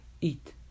eat